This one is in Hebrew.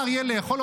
בא האריה לאכול,